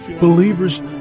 Believers